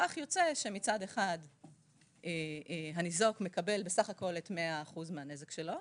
כך יוצא שמצד אחד הניזוק מקבל בסך הכול את 100 אחוזי הנזק שלו,